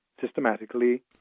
systematically